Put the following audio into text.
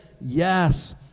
yes